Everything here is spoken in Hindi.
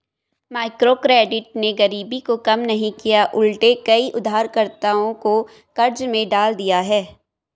माइक्रोक्रेडिट ने गरीबी को कम नहीं किया उलटे कई उधारकर्ताओं को कर्ज में डाल दिया है